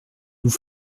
nous